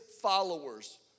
followers